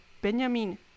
Benjamin